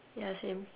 ya same